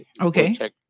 Okay